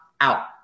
out